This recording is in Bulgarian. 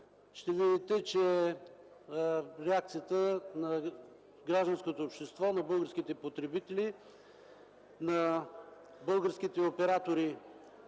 Ще видите, че реакцията на гражданското общество, на българските потребители, на българските оператори